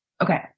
Okay